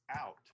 out